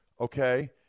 okay